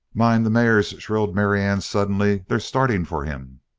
mind the mares! shrilled marianne suddenly. they're starting for him!